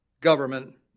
government